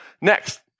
Next